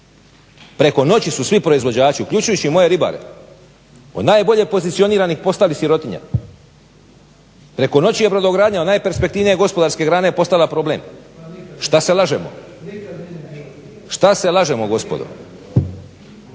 Preko noći su svi proizvođači uključujući moje ribare od najbolje pozicioniranih postali sirotinja. Preko noći je brodogradnja od najperspektivnije gospodarske grane postala problem. Šta se lažemo? Šta se lažemo gospodo?